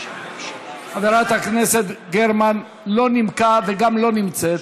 חברת הכנסת גרמן לא נימקה וגם לא נמצאת,